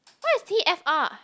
what is t_f_r